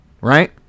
Right